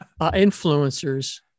influencers